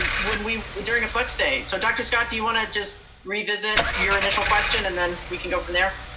and when we, during a flex day. so dr. scott, do you want to just revisit your initial question and then we can go from there?